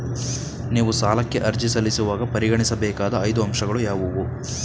ನೀವು ಸಾಲಕ್ಕೆ ಅರ್ಜಿ ಸಲ್ಲಿಸುವಾಗ ಪರಿಗಣಿಸಬೇಕಾದ ಐದು ಅಂಶಗಳು ಯಾವುವು?